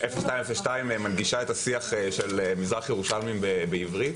0202 מנגישה את השיח של מזרח ירושלמים בעברית.